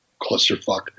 clusterfuck